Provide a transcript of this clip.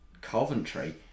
Coventry